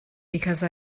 because